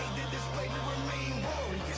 displayed we remained